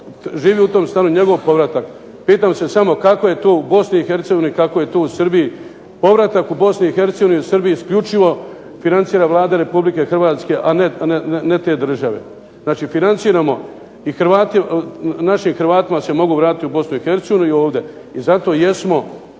živi u tom stanu njegov povratak. Pitam se samo kako je to u BiH, kako je to u Srbiji? Povratak u BiH i u Srbiji isključivo financira Vlada Republike Hrvatske, a ne te države. Znači, financiramo i Hrvate, našim Hrvatima da se mogu vratiti i u BiH i ovdje. I zato jesmo,